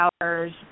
hours